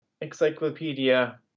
encyclopedia